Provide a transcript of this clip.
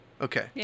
Okay